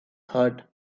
heart